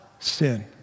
Sin